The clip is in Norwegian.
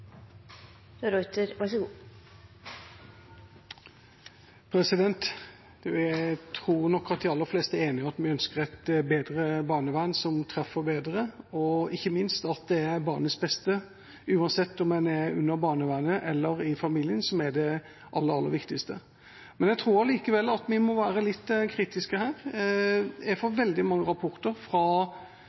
enige om at vi ønsker et bedre barnevern som treffer bedre, og ikke minst at det er barnets beste – uansett om man er under barnevernet eller i familien – som er det aller viktigste. Men jeg tror allikevel at vi må være litt kritiske her. Jeg får veldig mange rapporter fra